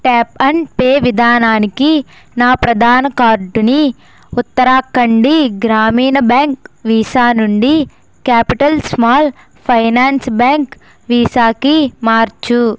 tap and pay విధానానికి నా ప్రధాన కార్డుని ఉత్తరాఖండ్ గ్రామీణ బ్యాంక్ వీసా నుండి క్యాపిటల్ స్మాల్ ఫైనాన్స్ బ్యాంక్ వీసాకి మార్చుము